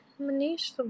Manish